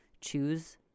choose